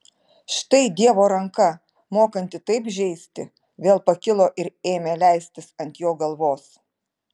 štai dievo ranka mokanti taip žeisti vėl pakilo ir ėmė leistis ant jo galvos